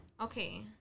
Okay